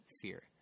fear